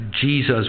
Jesus